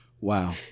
wow